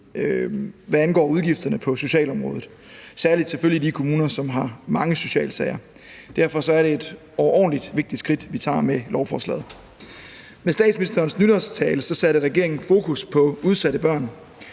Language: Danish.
hvad angår udgifterne på socialområdet – selvfølgelig særlig de kommuner, som har mange socialsager. Derfor er det et overordentlig vigtigt skridt, vi tager med lovforslaget. Med statsministerens nytårstale satte regeringen fokus på udsatte børn.